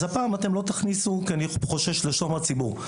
אז הפעם אתם לא תכניסו כי אני חושש לשלום הציבור.